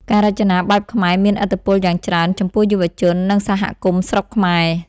ការរចនាបែបខ្មែរមានឥទ្ធិពលយ៉ាងច្រើនចំពោះយុវជន និងសហគមន៍ស្រុកខ្មែរ។